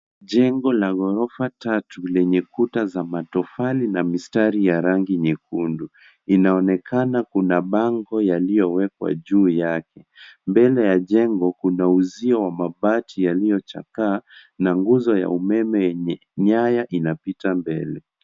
Jengo la ghorofa tatu lenye kuta za matofali na mistari ya rangi nyekundu. Inaonekana kuna bango yaliyowekwa juu yake. Mbele ya jengo, kuna uzio wa mabati yaliyochakaa, na nguzo ya umeme yenye nyaya inapita mbele.